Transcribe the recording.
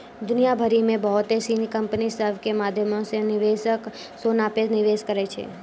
दुनिया भरि मे बहुते सिनी कंपनी सभ के माध्यमो से निवेशक सोना पे निवेश करै छै